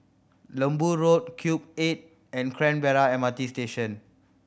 Lembu Road Cube Eight and Canberra M R T Station